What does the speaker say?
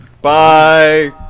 Bye